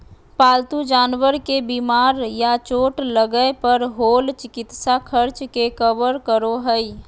पालतू जानवर के बीमार या चोट लगय पर होल चिकित्सा खर्च के कवर करो हइ